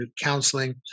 counseling